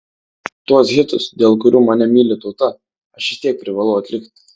tuos hitus dėl kurių mane myli tauta aš vis tiek privalau atlikti